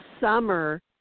summer